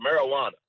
marijuana